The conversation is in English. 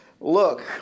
Look